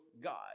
God